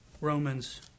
Romans